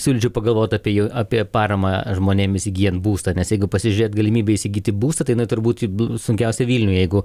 siūlyčiau pagalvoti apie jo apie paramą žmonėm įsigyjant būstą nes jeigu pasižiūrėt galimybę įsigyti būstą tai na turbūt buvo sunkiausia vilniuje jeigu